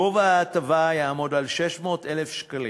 גובה ההטבה יהיה 600,000 שקלים,